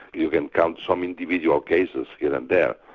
you can count some individual cases even there,